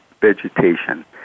vegetation